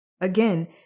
again